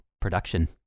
production